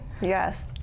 Yes